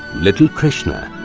little krishna,